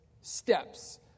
steps